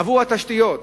עבור התשתיות.